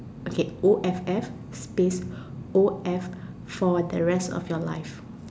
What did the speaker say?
okay O F F space O F for the rest of your life